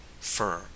fur